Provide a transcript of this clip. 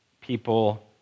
people